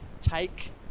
take